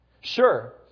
Sure